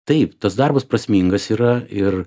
taip tas darbas prasmingas yra ir